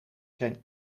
zijn